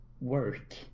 work